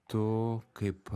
tu kaip